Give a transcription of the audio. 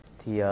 thì